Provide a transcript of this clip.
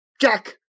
Jack